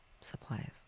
supplies